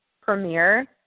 Premier